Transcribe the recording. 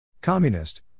Communist